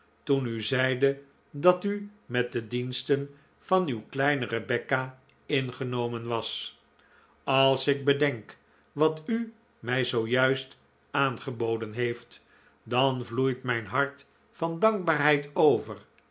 toen u zeide dat u met de diensten van uw kleine rebecca ingenomen was als ik bedenk wat u mij zoo juist aangeboden heeft dan vloeit mijn hart van dankbaarheid over